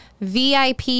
VIP